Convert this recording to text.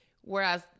Whereas